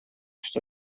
что